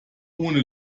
ohne